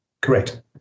Correct